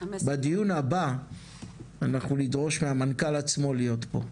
בדיון הבא אנחנו נדרוש מהמנכ"ל עצמו להיות פה,